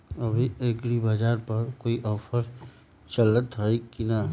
अभी एग्रीबाजार पर कोई ऑफर चलतई हई की न?